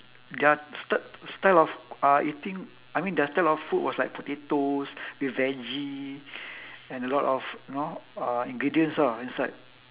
their sty~ style of uh eating I mean their style of food was like potatoes with veggie and a lot of you know uh ingredients lah inside